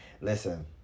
listen